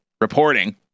reporting